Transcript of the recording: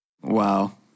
Wow